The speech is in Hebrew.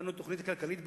הכנו תוכנית כלכלית ב-2003,